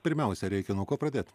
pirmiausia reikia nuo ko pradėt